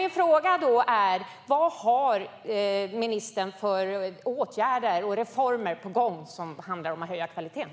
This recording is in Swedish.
Vad har ministern för åtgärder och reformer på gång som handlar om att höja kvaliteten?